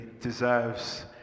deserves